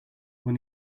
when